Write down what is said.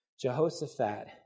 Jehoshaphat